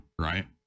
right